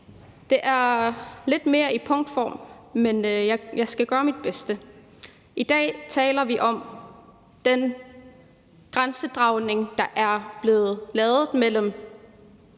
Det er lidt mere i punktform, men jeg skal gøre mit bedste. I dag taler vi om den grænsedragning, der er blevet lavet i den